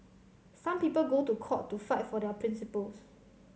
some people go to court to fight for their principles